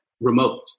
remote